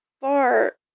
far